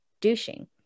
douching